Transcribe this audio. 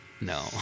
no